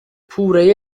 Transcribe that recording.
پوره